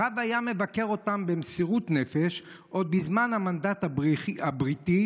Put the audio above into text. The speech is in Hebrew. הרב היה מבקר אותם במסירות נפש עוד בזמן המנדט הבריטי,